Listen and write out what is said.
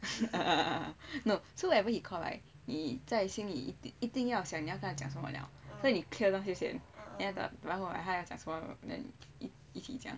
no so whatever he called right 你在心里一定要想你要跟他讲什么了所以你 clear 那个先然后他要讲什么 then 你一起讲